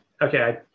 okay